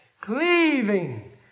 cleaving